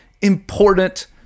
important